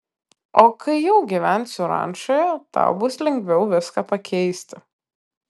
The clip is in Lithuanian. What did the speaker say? o kai jau gyvensiu rančoje tau bus lengviau viską pakeisti